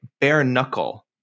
bare-knuckle